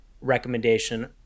recommendation